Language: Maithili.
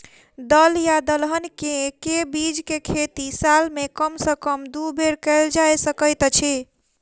दल या दलहन केँ के बीज केँ खेती साल मे कम सँ कम दु बेर कैल जाय सकैत अछि?